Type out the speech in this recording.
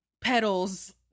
petals